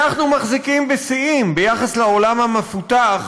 אנחנו מחזיקים בשיאים ביחס לעולם המפותח